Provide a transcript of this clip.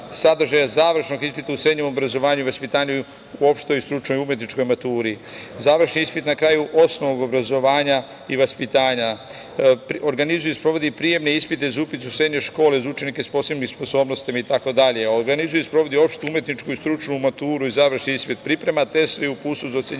sadržaja završnog ispita u srednjem obrazovanju i vaspitanju u opštoj, stručnoj, umetničkoj maturi, završni ispit na kraju osnovnog obrazovanja i vaspitanja, organizuje i sprovodi prijemne ispite za upis u srednje škole za učenike sa posebnim sposobnostima itd, organizuje i sprovodi opštu umetničku i stručnu maturu i završni ispit, priprema test i uputstvo za ocenjivanje